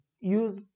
use